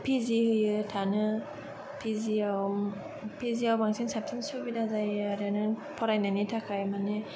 P G होयो थानो पि जियाव पि जियाव बांसिन साबसिन सुबिदा जायो आरो नों फरायनायनि थाखाय